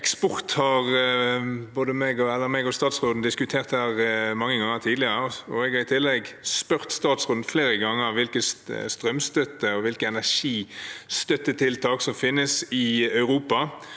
eksport har både jeg og statsråden diskutert her mange ganger tidligere. Jeg har i tillegg spurt statsråden flere ganger hvilken strømstøtte og hvilke energistøttetiltak som finnes i Europa,